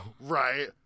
right